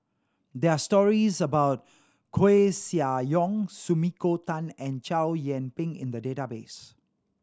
there are stories about Koeh Sia Yong Sumiko Tan and Chow Yian Ping in the database